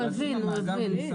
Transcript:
הוא הבין, הוא הבין.